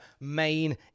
main